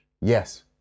Yes